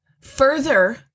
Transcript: Further